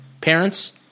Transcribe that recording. Parents